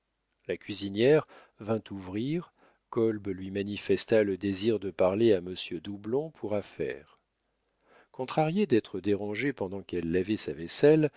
la cuisinière vint ouvrir kolb lui manifesta le désir de parler à monsieur doublon pour affaires contrariée d'être dérangée pendant qu'elle lavait sa vaisselle